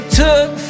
took